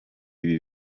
ibi